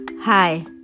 Hi